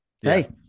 hey